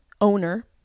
owner